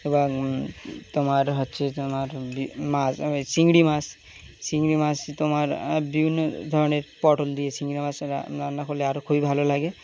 এবং তোমার হচ্ছে তোমার মাছ চিংড়ি মাছ চিংড়ি মাছ তোমার বিভিন্ন ধরনের পটল দিয়ে চিংড়ি মাছ রান্না করলে আর খবই ভালো লাগে